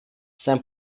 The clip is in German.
sein